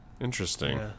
interesting